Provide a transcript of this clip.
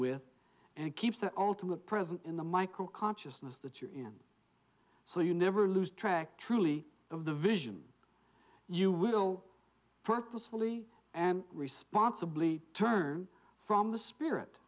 with and keeps the ultimate present in the michael consciousness that you're in so you never lose track truly of the vision you will purposefully and responsibly turn from the spirit